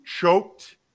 choked